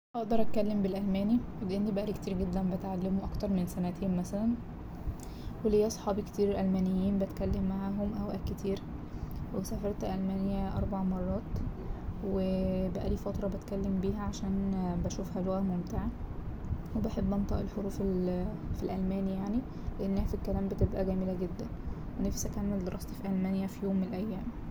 أقدر أتكلم بالألماني لأن بقالي كتير جدا بتعلمه أكتر من سنتين مثلا وليا صحابي كتير ألمانيين بتكلم معاهم أوقات كتير وسافرت ألمانيا أربع مرات وبقالي فترة بتكلم بيها عشان بشوفها لغة ممتعة وبحب انطق الحروف اللي في الألماني يعني لأن هي في الكلام بتبقى جميلة جدا ونفسي أكمل دراستي في ألمانيا في يوم من الأيام.